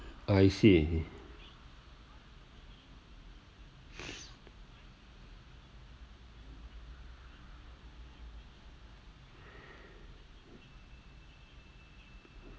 I see